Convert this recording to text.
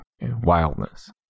wildness